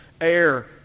Air